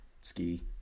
ski